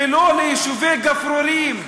ולא ליישובי גפרורים.